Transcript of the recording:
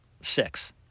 six